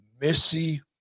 Missy